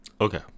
Okay